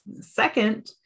Second